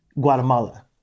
Guatemala